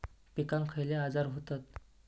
पिकांक खयले आजार व्हतत?